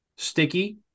sticky